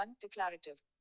Declarative